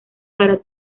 para